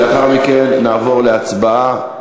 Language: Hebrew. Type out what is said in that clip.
לאחר מכן נעבור להצבעה.